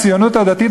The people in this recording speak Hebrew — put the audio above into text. הציונות הדתית,